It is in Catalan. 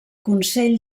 consell